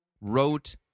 wrote